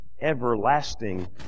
everlasting